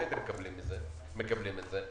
נראה איך אתם הייתם מקבלים את זה?